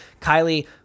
Kylie